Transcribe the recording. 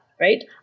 right